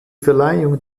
verleihung